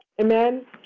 Amen